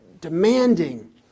demanding